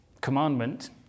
commandment